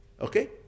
okay